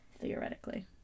theoretically